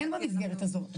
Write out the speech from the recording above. כן במסגרת הזאת.